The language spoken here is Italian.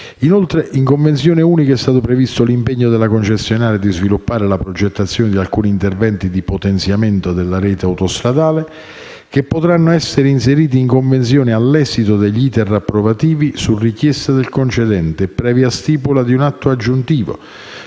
Inoltre, in convenzione unica è stato previsto l'impegno della concessionaria di sviluppare la progettazione di alcuni interventi di potenziamento della rete autostradale, che potranno essere inseriti in convenzione all'esito degli *iter* approvativi su richiesta del concedente e previa stipula di un atto aggiuntivo,